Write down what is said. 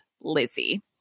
Lizzie